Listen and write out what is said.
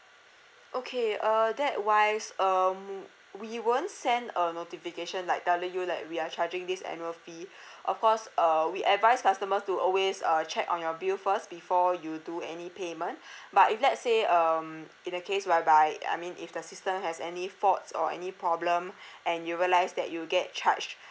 okay uh that wise um we won't send a notification like telling you like we are charging this annual fee of course uh we advise customers to always uh check on your bill first before you do any payment but if let's say um in the case whereby I mean if the system has any faults or any problem and you realised that you get charged